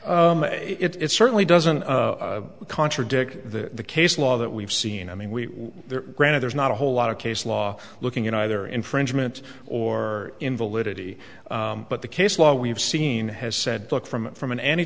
it's certainly doesn't contradict the case law that we've seen i mean we granted there's not a whole lot of case law looking in either infringement or invalidity but the case law we've seen has said look from from an an